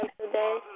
today